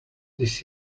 this